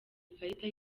ikarita